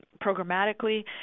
Programmatically